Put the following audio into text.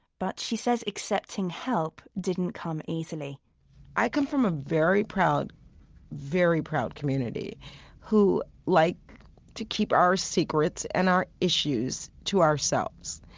but she says accepting help didn't come easily i come from a very proud proud community who like to keep our secrets and our issues to ourselves.